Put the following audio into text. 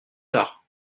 tard